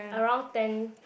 around ten